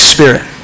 Spirit